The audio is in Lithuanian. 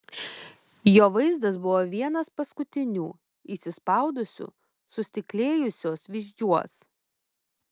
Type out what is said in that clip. jo vaizdas buvo vienas paskutinių įsispaudusių sustiklėjusiuos vyzdžiuos